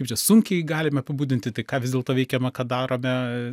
kaip čia sunkiai galime apibūdinti tai ką vis dėlto veikiame ką darome